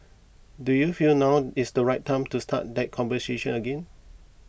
do you feel now is the right time to start that conversation again